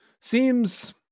seems